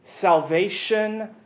Salvation